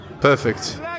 Perfect